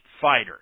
fighter